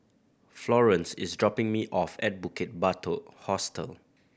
Florance is dropping me off at Bukit Batok Hostel